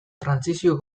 trantsizio